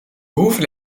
hoeven